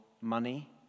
money